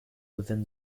within